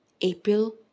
April